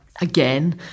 again